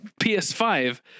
PS5